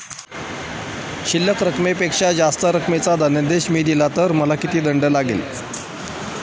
शिल्लक रकमेपेक्षा जास्त रकमेचा धनादेश मी दिला तर मला किती दंड लागेल?